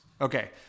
Okay